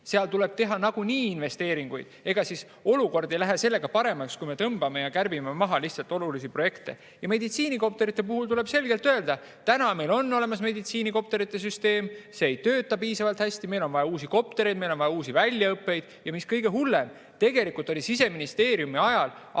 seal tuleb nagunii teha investeeringuid. Ega siis olukord ei lähe sellest paremaks, kui me tõmbame maha ja kärbime olulisi projekte. Ja meditsiinikopterite puhul tuleb selgelt öelda: täna meil on olemas meditsiinikopterite süsteem, aga see ei tööta piisavalt hästi, seepärast meil on vaja uusi koptereid, meil on vaja uusi väljaõppeid. Ja mis kõige hullem: tegelikult hakkas Siseministeerium juba